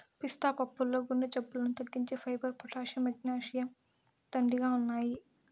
పిస్తా పప్పుల్లో గుండె జబ్బులను తగ్గించే ఫైబర్, పొటాషియం, మెగ్నీషియం, దండిగా ఉన్నాయి